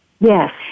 Yes